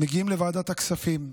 מגיעים לוועדת הכספים,